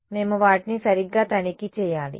మేము వాటిని సరిగ్గా తనిఖీ చేయాలి